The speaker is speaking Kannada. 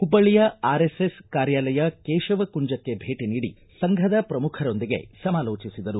ಹುಬ್ಲ್ಯಾಯ ಆರ್ಎಸ್ಎಸ್ ಕಾರ್ಯಾಲಯ ಕೇಶವ ಕುಂಜಕ್ಕೆ ಭೇಟ ನೀಡಿ ಸಂಘದ ಪ್ರಮುಖರೊಂದಿಗೆ ಸಮಾಲೋಚಿಸಿದರು